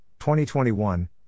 2021